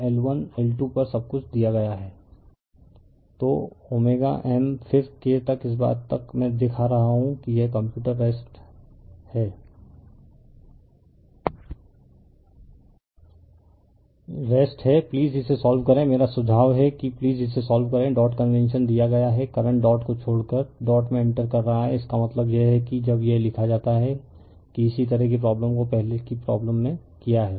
refer slide time 3435 तो M फिर K तक इस बात तक मैं दिखा रहा हूं कि यह कंप्यूटर है रेस्ट है प्लीज इसे सोल्व करें मेरा सुझाव है कि प्लीज इसे सोल्व करें डॉट कन्वेंशन दिया गया है करंट डॉट को छोड़कर डॉट में इंटर कर रहा है इसका मतलब यह है कि जब यह लिखा जाता है कि इसी तरह की प्रॉब्लम को पहले की प्रॉब्लम में किया है